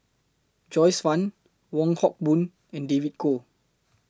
Joyce fan Wong Hock Boon and David Kwo